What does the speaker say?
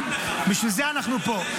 בשביל זה אנחנו פה.